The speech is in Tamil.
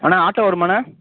அண்ணன் ஆட்டோ வருமாண்ணே